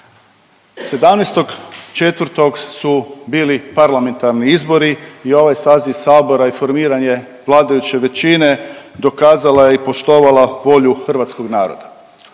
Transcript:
17.4. su bili parlamentarni izbori i ovaj saziv Sabora je i formiran je vladajuće većine dokazala je i poštovala volju hrvatskog naroda.